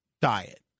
diet